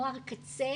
נוער קצה,